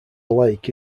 lake